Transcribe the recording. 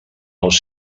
als